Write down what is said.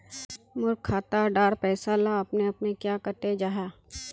मोर खाता डार पैसा ला अपने अपने क्याँ कते जहा?